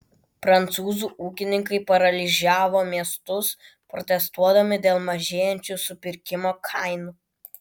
prancūzų ūkininkai paralyžiavo miestus protestuodami dėl mažėjančių supirkimo kainų